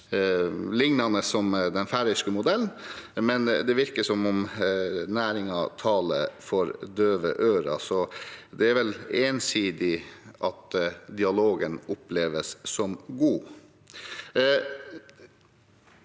lignende den færøyske modellen. Men det virker som om næringen taler for døve ører, så det er vel ensidig at dialogen oppleves som god.